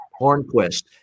Hornquist